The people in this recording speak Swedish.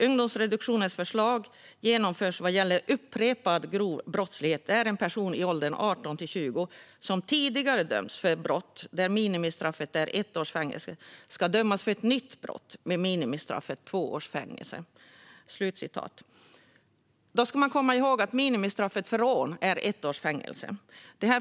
Ungdomsreduktionsutredningens förslag genomförs vad gäller upprepad grov brottslighet där en person i åldern 18-20, som tidigare dömts för brott där minimistraffet är ett års fängelse, ska dömas för ett nytt brott med minimistraffet två års fängelse." Då ska man komma ihåg att minimistraffet för rån är ett års fängelse.